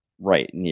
right